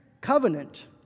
covenant